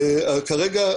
כרגע,